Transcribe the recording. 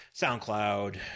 soundcloud